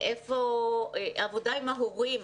עבודה עם ההורים.